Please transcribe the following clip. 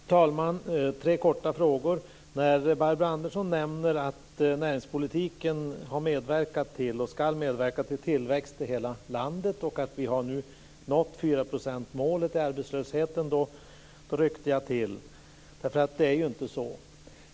Fru talman! Jag har tre korta frågor. Barbro Andersson Öhrn nämner att näringspolitiken har medverkat till och ska medverka till tillväxt i hela landet. Men när hon också sade att vi har nått 4 procentsmålet när det gäller arbetslösheten, ryckte jag till, för det är ju inte så.